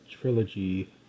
trilogy